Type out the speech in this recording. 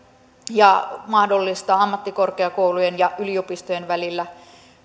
ja mahdollistaa ammattikorkeakoulujen ja yliopistojen välillä